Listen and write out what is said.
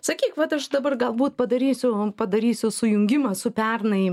sakyk vat aš dabar galbūt padarysiu padarysiu sujungimą su pernai